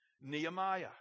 Nehemiah